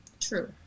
True